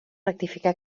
rectificar